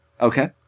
Okay